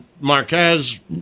Marquez